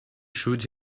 shoot